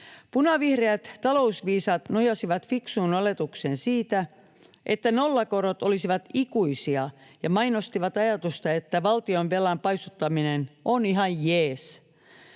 Punavihreät talousviisaat nojasivat fiksuun oletukseen siitä, että nollakorot olisivat ikuisia, ja mainostivat ajatusta, että valtionvelan paisuttaminen on ihan jees.